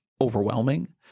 overwhelming